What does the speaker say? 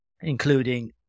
including